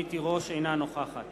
אינה נוכחת